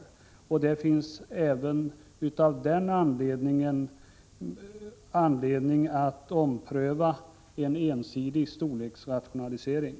Även det är ett skäl för att ompröva en ensidig storleksrationalisering.